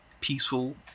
peaceful